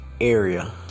area